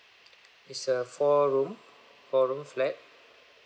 is a four room four room flat